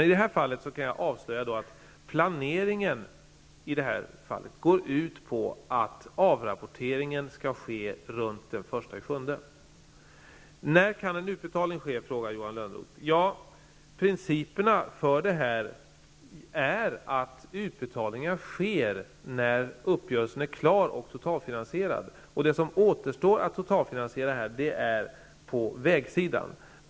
I det här fallet kan jag avslöja att planeringen går ut på att avrapporteringen skall ske omkring den 1 Johan Lönnroth frågar när en utbetalning kan ske. Principerna för detta är att utbetalningar sker när uppgörelsen är klar och totalfinansierad. Det som återstår att totalfinasiera finns på vägsidan.